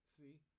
see